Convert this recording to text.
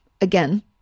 Again